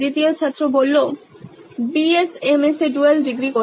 দ্বিতীয় ছাত্র B S M S A dual degree